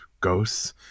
ghosts